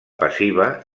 passiva